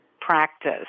practice